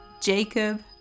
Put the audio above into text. Jacob